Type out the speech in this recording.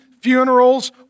funerals